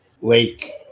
Lake